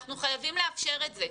אנחנו חייבים לאפשר את זה.